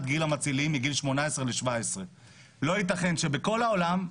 גיל המצילים מגיל 18 לגיל 17. לא יתכן שבכל העולם,